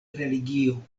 religio